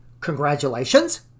Congratulations